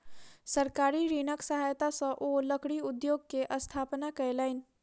सरकारी ऋणक सहायता सॅ ओ लकड़ी उद्योग के स्थापना कयलैन